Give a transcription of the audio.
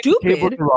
stupid